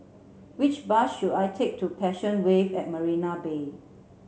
which bus should I take to Passion Wave at Marina Bay